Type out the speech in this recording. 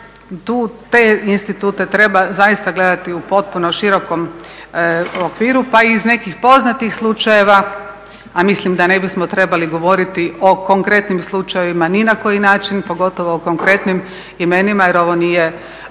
te institute treba zaista gledati u potpuno širokom okviru pa iz nekih poznatih slučajeva, a mislim da ne bismo trebali govoriti o konkretnim slučajevima ni na koji način pogotovo o konkretnim imenima jer ovo nije